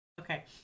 okay